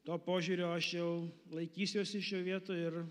to požiūrio aš jau laikysiuosi šioj vietoj ir